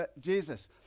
Jesus